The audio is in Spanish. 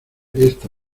esta